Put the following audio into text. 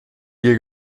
ihr